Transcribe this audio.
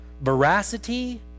veracity